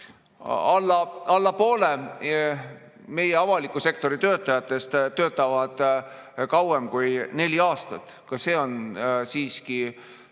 Alla poole meie avaliku sektori töötajatest töötab kauem kui neli aastat. Ka see on siiski